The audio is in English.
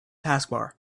taskbar